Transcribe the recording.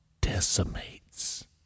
decimates